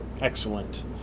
excellent